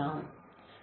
எனவே டி